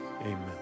amen